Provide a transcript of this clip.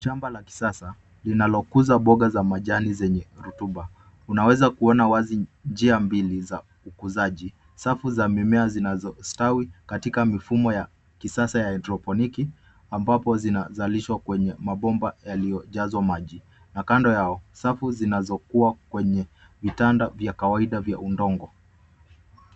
Shamba la kisasa linalokuza mboga za majani zenye rotuba. Unaweza kuona wazi njia mbili za ukuzaji. Safu za mimea zianazostawi katika mifumo ya kisasa ya haidroponiki ambapo zinazalishwa kwenye mabomba yaliyojazwa maji na kando yao, safu zinazokuwa kwenye vitanda vya kawaida vya udongo.